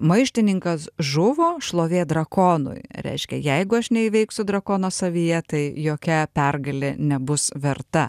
maištininkas žuvo šlovė drakonui reiškia jeigu aš neįveiksiu drakono savyje tai jokia pergalė nebus verta